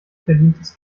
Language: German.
verdientes